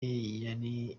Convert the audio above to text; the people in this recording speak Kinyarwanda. yari